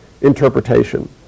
interpretation